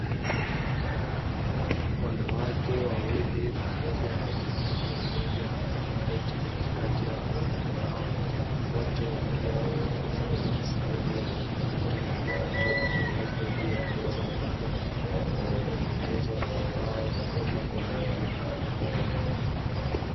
Wanawake wawili pamoja na mwanaume mmoja aliyeketi katikati ya wanawake hao, wote wakiwa wanatazama skrini ya kompyuta mpakato iliyopo juu ya meza pana, iliyotengenezwa kwa mbao na kupakwa rangi ya kahawia.